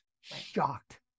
Shocked